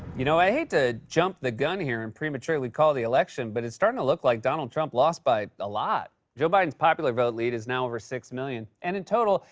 you know, i hate to jump the gun here and prematurely call the election, but it's starting to look like donald trump lost by a lot. joe biden's popular vote lead is now over six million. and in total,